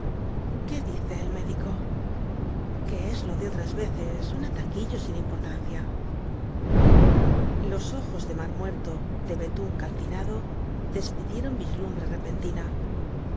qué dice el médico que es lo de otras veces un ataquillo sin importancia los ojos de mar muerto de betún calcinado despidieron vislumbre repentina